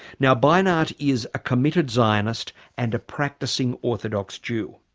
now beinart is a committed zionist and a practising orthodox jew.